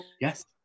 Yes